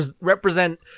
represent